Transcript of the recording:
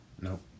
Nope